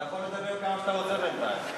אתה יכול לדבר כמה שאתה רוצה בינתיים.